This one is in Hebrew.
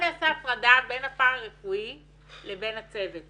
הפארא-רפואי לבין הצוות.